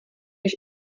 než